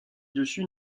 dessus